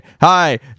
Hi